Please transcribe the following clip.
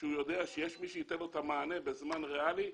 שהוא יודע שיש מי שייתן לו מענה בזמן ריאלי.